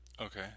Okay